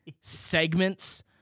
segments